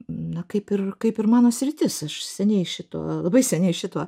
na kaip ir kaip ir mano sritis aš seniai šito labai seniai šituo